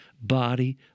body